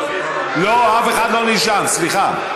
לא, אף אחד לא נרשם, סליחה.